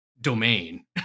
domain